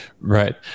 Right